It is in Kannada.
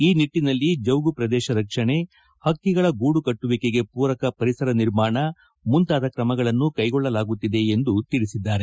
ಈ ನಿಟ್ಟನಲ್ಲಿ ಜೌಗು ಪ್ರದೇಶ ರಕ್ಷಣೆ ಹಕ್ಕಿಗಳ ಗೂಡು ಕಟ್ಟುವಿಕೆಗೆ ಪೂರಕ ಪರಿಸರ ನಿರ್ಮಾಣ ಮುಂತಾದ ಕ್ರಮಗಳನ್ನು ಕೈಗೊಳ್ಳಲಾಗುತ್ತಿದೆ ಎಂದು ತಿಳಿಸಿದ್ದಾರೆ